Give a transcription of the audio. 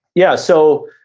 yeah, so